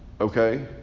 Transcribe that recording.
okay